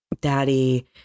Daddy